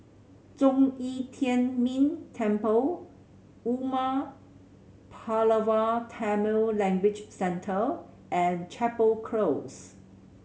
Zhong Yi Tian Ming Temple Umar Pulavar Tamil Language Centre and Chapel Close